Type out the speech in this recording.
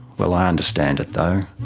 well, i understand it though.